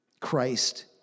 Christ